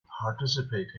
participate